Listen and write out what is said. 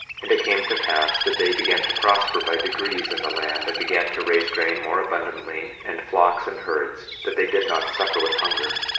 and it came to pass that they began to prosper by degrees in the land, and began to raise grain more abundantly, and flocks, and herds, that they did not suffer with hunger.